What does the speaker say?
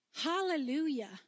Hallelujah